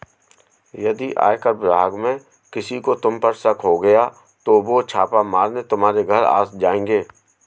यदि आयकर विभाग में किसी को तुम पर शक हो गया तो वो छापा मारने तुम्हारे घर आ जाएंगे